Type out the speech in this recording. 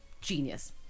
genius